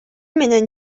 менен